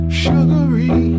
sugary